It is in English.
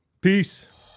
peace